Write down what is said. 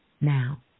Now